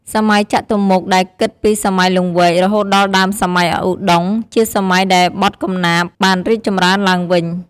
សម័យចតុម្មុខដែលគិតពីសម័យលង្វែក រហូតដល់ដើមសម័យឧត្តុង្គ ជាសម័យដែលបទកំណាព្យបានរីកចម្រើនឡើងវិញ។